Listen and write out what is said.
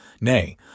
nay